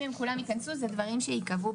שזה פחות ממאה מיליון שקל למחלקה.